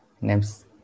names